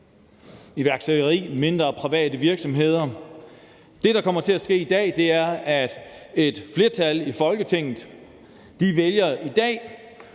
iværksætteri og private virksomheder. Det, der kommer til at ske i dag, er, at et flertal i Folketinget vælger at